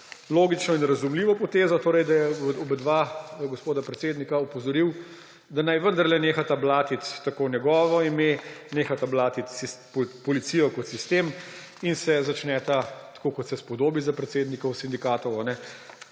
logično in razumljivo potezo, da je oba gospoda predsednika opozoril, da naj vendarle nehata blatiti njegovo ime, nehata blatiti Policijo kot sistem in se začneta, tako kot se spodobi za predsednike sindikatov,